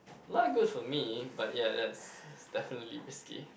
not good for me but ya that's definitely risky